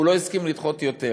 הוא לא הסכים לדחות יותר.